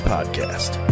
Podcast